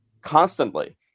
constantly